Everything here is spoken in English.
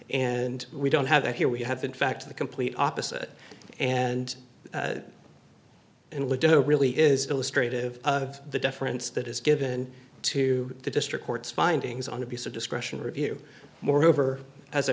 and we don't have that here we have in fact the complete opposite and and little really is illustrated of the difference that is given to the district court's findings on abuse of discretion review moreover as